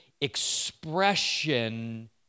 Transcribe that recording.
expression